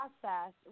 process